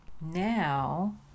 Now